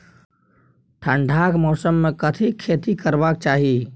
ठंडाक मौसम मे कथिक खेती करबाक चाही?